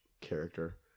character